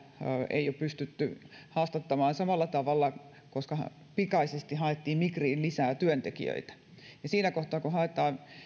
ei ole pystytty haastattelemaan samalla tavalla koska pikaisesti haettiin migriin lisää työntekijöitä siinä kohtaa kun haetaan paljon